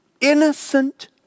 innocent